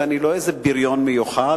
ואני לא איזה בריון מיוחד,